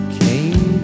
came